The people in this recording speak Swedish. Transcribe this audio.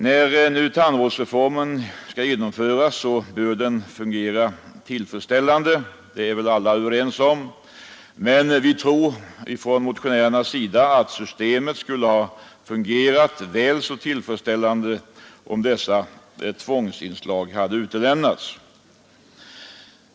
När nu tandvårdsreformen skall genomföras bör den fungera tillfredsställande — det är väl alla överens om — men vi motionärer tror att systemet skulle ha fungerat väl så tillfredsställande om dessa tvångsinslag hade utelämnats.